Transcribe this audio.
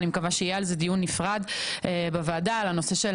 על הנושא של פיקדון של עובדים שהם אינם ברי הרחקה,